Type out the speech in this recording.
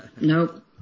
Nope